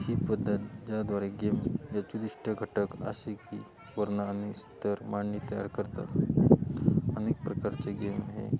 ही पद्धत ज्याद्वारे गेम याचं उद्दिष्ट घटक असे की वर्ण आणि स्तर मांडणी तयार करतात अनेक प्रकारचे गेम हे